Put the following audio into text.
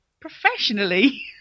Professionally